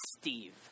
Steve